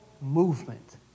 movement